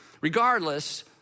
regardless